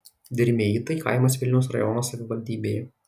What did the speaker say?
dirmeitai kaimas vilniaus rajono savivaldybėje